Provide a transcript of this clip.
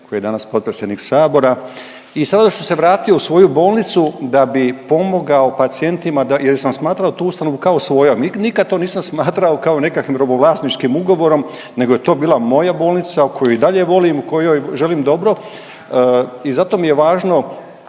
koji je danas potpredsjednik sabora i sada ću se vratiti u svoju bolnicu da bi pomogao pacijentima da jer sam smatrao tu ustanovu kao svojom, nikad to nisam smatrao kao nekakvim robovlasničkim ugovorom nego je to bila moja bolnica koju i dalje volim u kojoj želim dobro i zato mi je važno